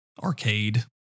arcade